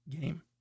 game